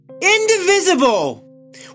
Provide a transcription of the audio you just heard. indivisible